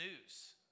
news